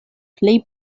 plej